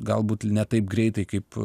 galbūt ne taip greitai kaip